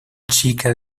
chica